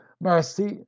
mercy